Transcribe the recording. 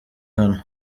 hano